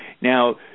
Now